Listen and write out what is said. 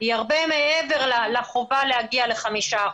היא הרבה מעבר לחובה להגיע ל-5%.